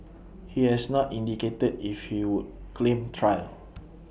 he has not indicated if he would claim trial